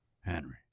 Henry